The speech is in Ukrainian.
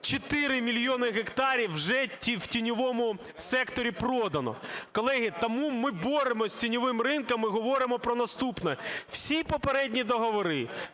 4 мільйони гектарів вже в тіньовому секторі продано. Колеги, тому ми боремось з тіньовим ринком і говоримо про наступне. Всі попередні договори,